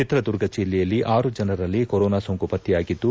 ಚಿತ್ರದುರ್ಗ ಜಿಲ್ಲೆಯಲ್ಲಿ ಆರು ಜನರಲ್ಲಿ ಕೊರೊನಾ ಸೋಂಕು ಪತ್ತೆಯಾಗಿದ್ದು